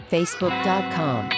Facebook.com